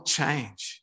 change